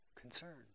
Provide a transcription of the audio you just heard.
concern